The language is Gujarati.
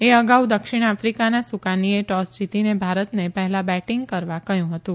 એ અગાઉ દક્ષિણ આફિકાના સુકાનીએ ટોસ જીતીને ભારતને પહેલાં બેટીંગ કરવા કહ્યું હતું